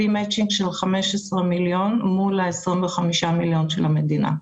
הביא מצ'ינג של 15 מיליון שקלים מול ה-25 מיליון של המדינה.